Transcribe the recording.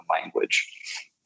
language